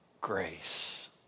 grace